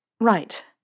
Right